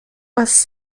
was